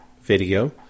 video